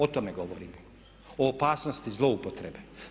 O tome govorimo, o opasnosti zlouporabe.